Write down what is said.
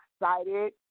excited